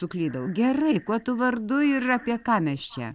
suklydau gerai kuo tu vardu ir apie ką mes čia